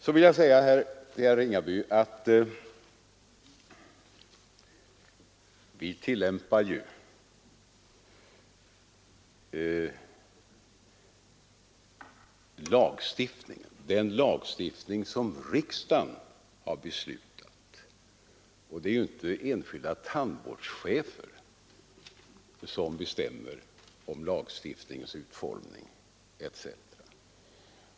Så vill jag säga till herr Ringaby att vi tillämpar den lagstiftning som riksdagen har beslutat. Det är ju inte enskilda tandvårdschefer som bestämmer om lagstiftningens utformning etc.